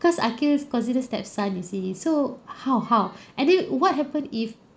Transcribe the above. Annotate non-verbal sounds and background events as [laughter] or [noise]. cause arkil is considered step son you see so how how [breath] and then what happen if